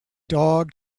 dog